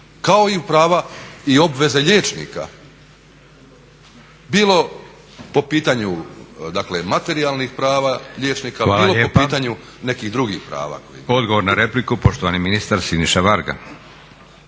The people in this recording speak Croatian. kao i u prava i obveze liječnika, bilo po pitanju materijalnih prava liječnika, bilo po pitanju nekih drugih prava